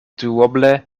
duoble